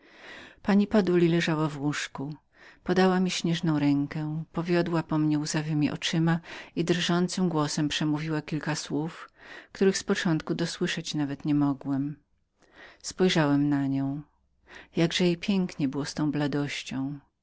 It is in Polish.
do komnaty margrabiny pani baduli podała mi śnieżną rękę powiodła po mnie łzawemi oczyma i drżącym głosem przemówiła kilka słów których z początku dosłyszeć nawet nie mogłem spojrzałem na nią jakże jej pięknie było z tą bladością